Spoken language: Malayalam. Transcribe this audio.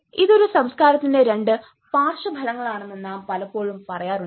ഇത് ഒരു സംസ്കാരത്തിന്റെ രണ്ട് പാർശ്വഫലങ്ങളാണെന്ന് നാം പലപ്പോഴും പറയാറുണ്ട്